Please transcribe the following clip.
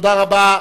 תודה רבה.